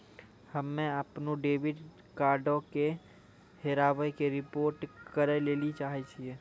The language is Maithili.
हम्मे अपनो डेबिट कार्डो के हेराबै के रिपोर्ट करै लेली चाहै छियै